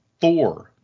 four